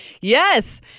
Yes